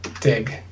dig